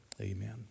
Amen